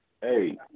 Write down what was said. Hey